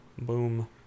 Boom